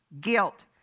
Guilt